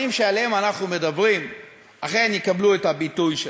שעליהם אנחנו מדברים אכן יקבלו את הביטוי שלהם.